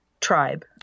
tribe